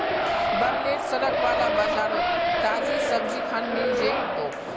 बगलेर सड़क वाला बाजारोत ताजी सब्जिखान मिल जै तोक